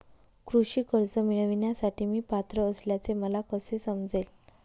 कृषी कर्ज मिळविण्यासाठी मी पात्र असल्याचे मला कसे समजेल?